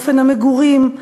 אופן המגורים,